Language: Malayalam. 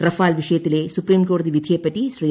റഫാൽ വിഷയത്തിലെ സുപ്രീംകോടതി വിധിയെപ്പറ്റി ശ്രീ